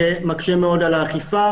זה מקשה מאוד על האכיפה.